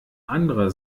andere